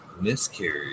miscarriage